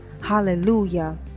Hallelujah